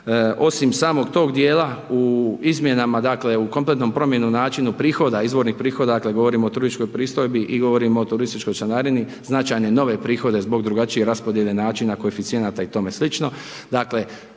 Osim samog tog dijela u izmjenama dakle u kompletnu promjenu u načinu prihoda, izvornih prihoda, dakle govorimo o turističkoj pristojbi i govorimo o turističkoj članarini značajne nove prihode zbog drugačije raspodjele načina koeficijenata i tome slično.